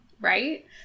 Right